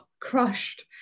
crushed